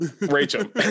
Rachel